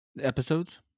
episodes